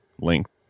length